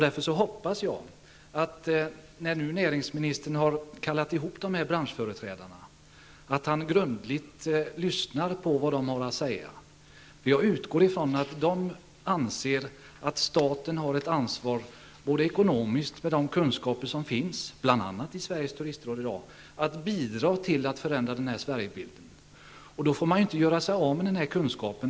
När näringsministern nu har kallat ihop dessa företrädare hoppas jag att han grundligt lyssnar på vad de har att säga. Jag utgår nämligen från att de anser att staten har ett ansvar bl.a. ekonomiskt med de kunskaper som finns, bl.a. i Sveriges turistråd, att bidra till att förändra denna Sverigebild. Då får man inte göra sig av med denna kunskap.